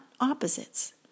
opposites